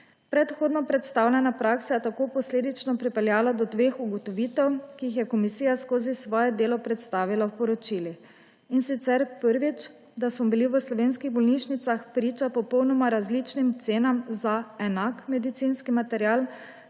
Predhodno predstavljena praksa je tako posledično pripeljala do dveh ugotovitev, ki jih je komisija skozi svoje delo predstavila v poročilih. In sicer, prvič, da smo bili v slovenskih bolnišnicah priča popolnoma različnim cenam za enak medicinski material.